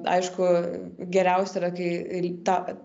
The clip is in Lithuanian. aišku geriausia yra kai tą